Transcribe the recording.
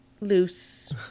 loose